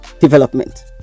development